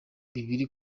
bibiri